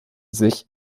sich